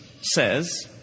says